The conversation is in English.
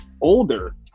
older